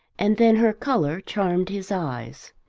and then her colour charmed his eyes.